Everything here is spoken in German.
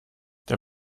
der